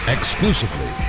Exclusively